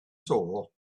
saw